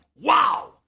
Wow